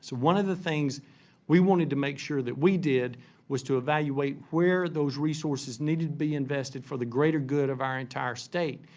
one of the things we wanted to make sure that we did was to evaluate where those resources needed to be invested for the greater good of our entire state.